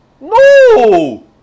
No